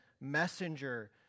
messenger